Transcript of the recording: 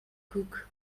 cook